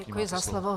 Děkuji za slovo.